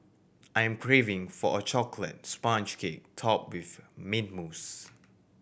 I am craving for a chocolate sponge cake topped with mint mousse